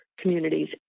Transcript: communities